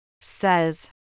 says